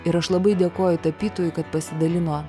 ir aš labai dėkoju tapytojui kad pasidalino